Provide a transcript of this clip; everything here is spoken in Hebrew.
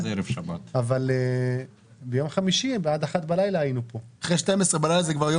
ביום חמישי היינו כאן עד